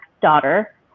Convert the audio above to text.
daughter